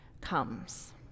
comes